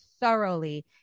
thoroughly